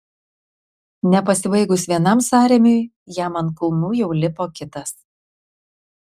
nepasibaigus vienam sąrėmiui jam ant kulnų jau lipo kitas